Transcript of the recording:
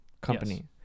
company